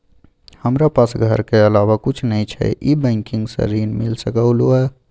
हमरा पास घर के अलावा कुछ नय छै ई बैंक स ऋण मिल सकलउ हैं?